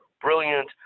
brilliant